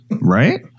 right